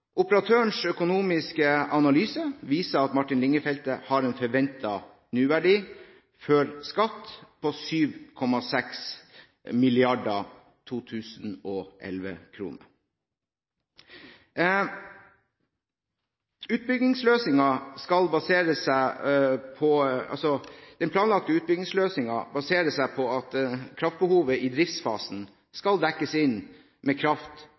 Operatørens økonomiske analyse viser at Martin Linge-feltet har en forventet nåverdi før skatt på 7,6 milliarder 2011-kroner. Den planlagte utbyggingsløsningen baserer seg på at kraftbehovet i driftfasen skal dekkes inn med kraft